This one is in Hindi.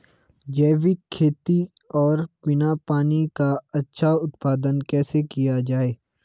जैविक खेती और बिना पानी का अच्छा उत्पादन कैसे किया जाए?